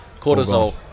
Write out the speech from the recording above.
cortisol